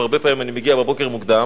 והרבה פעמים אני מגיע בבוקר מוקדם,